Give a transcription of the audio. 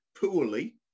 poorly